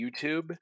YouTube